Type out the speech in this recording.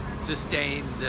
sustain